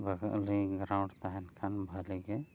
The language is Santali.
ᱵᱷᱟᱹᱞᱤ ᱜᱨᱟᱣᱩᱱᱰ ᱛᱟᱦᱮᱱ ᱠᱷᱟᱱ ᱵᱷᱟᱹᱞᱤ ᱜᱮ